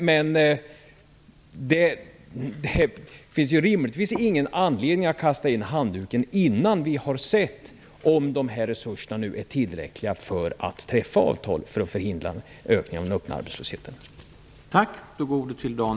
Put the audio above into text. Det finns rimligtvis inte någon anledning att kasta in handduken innan vi har sett om resurserna är tillräckliga för att träffa avtal som kan förhindra en ökning av den öppna arbetslösheten.